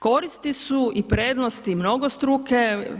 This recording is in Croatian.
Koristi su i prednosti mnogostruke.